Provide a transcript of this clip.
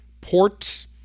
port